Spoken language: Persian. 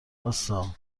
واستا